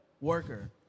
worker